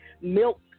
milk